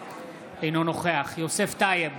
אינו נוכח יוסף טייב,